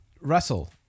Russell